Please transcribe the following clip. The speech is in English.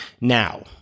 Now